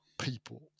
people